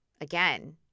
again